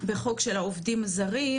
בחוק של העובדים הזרים